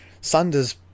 sander's